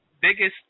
biggest